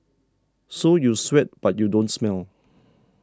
so you sweat but you don't smell